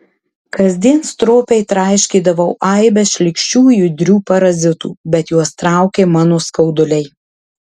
kasdien stropiai traiškydavau aibes šlykščių judrių parazitų bet juos traukė mano skauduliai